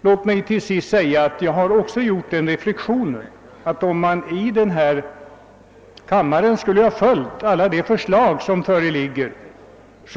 Låt mig, herr talman, till sist säga att jag har gjort den reflexionen att om denna kammare skulle följa alla de förslag som väckts,